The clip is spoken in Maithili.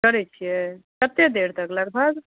करै छिए कतेक देर तक लगभग